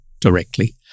directly